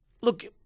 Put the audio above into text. look